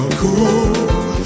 cool